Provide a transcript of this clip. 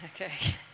okay